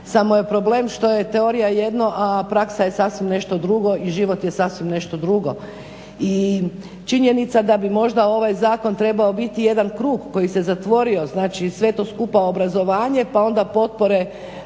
Samo je problem što je teorija jedno, a praksa je sasvim nešto drugo. I činjenica da bi možda ovaj zakon trebao biti jedan krug koji se zatvorio, znači sve to skupa obrazovanje pa onda potpore